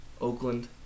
Oakland